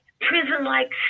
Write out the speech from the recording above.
prison-like